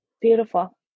Beautiful